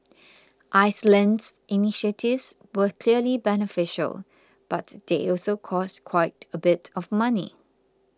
Iceland's initiatives were clearly beneficial but they also cost quite a bit of money